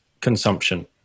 consumption